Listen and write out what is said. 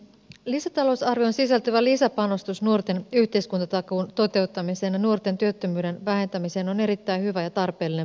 lisätalousarvioon sisältyvä lisäpanostus nuorten yhteiskuntatakuun toteuttamiseen ja nuorten työttömyyden vähentämiseen on erittäin hyvä ja tarpeellinen panostus